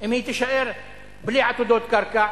אם היא תישאר בלי עתודות קרקע?